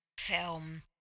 Film